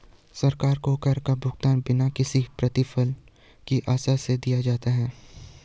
सरकार को कर का भुगतान बिना किसी प्रतिफल की आशा से दिया जाता है